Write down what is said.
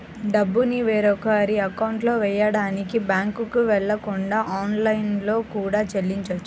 డబ్బుని వేరొకరి అకౌంట్లో వెయ్యడానికి బ్యేంకుకి వెళ్ళకుండా ఆన్లైన్లో కూడా చెల్లించొచ్చు